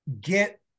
get